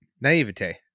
naivete